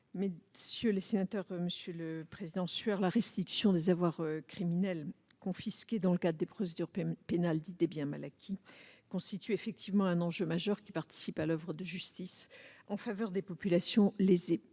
de la justice. Monsieur le sénateur Sueur, la restitution des avoirs criminels confisqués dans le cadre des procédures pénales dites des biens mal acquis est effectivement un enjeu majeur ; elle participe à l'oeuvre de justice en faveur des populations lésées.